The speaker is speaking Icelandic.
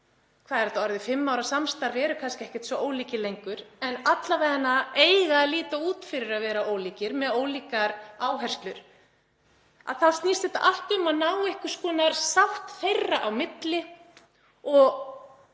hvað er þetta orðið, fimm ára samstarf eru kannski ekkert svo ólíkir lengur en alla vega eiga að líta út fyrir að vera ólíkir, með ólíkar áherslur. Þá snýst þetta allt um að ná einhvers konar sátt þeirra á milli og